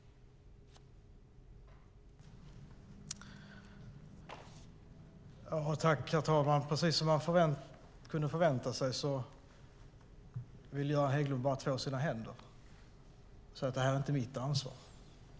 I detta anförande instämde Anders Andersson .